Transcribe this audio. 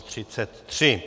33.